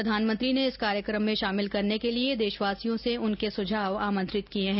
प्रधानमंत्री ने इस कार्यक्रम में शामिल करने के लिए देशवासियों से उनके सुझाव आमंत्रित किए हैं